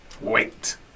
Wait